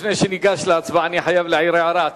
לפני שניגש להצבעה אני חייב להעיר הערה.